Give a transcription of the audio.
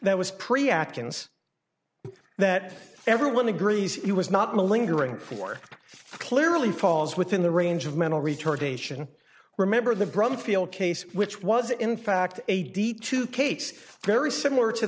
that was pretty atkins that everyone agrees he was not willing to ring for clearly falls within the range of mental retardation remember the brumfiel case which was in fact a d two case very similar to